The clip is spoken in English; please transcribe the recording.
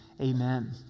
amen